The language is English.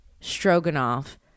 stroganoff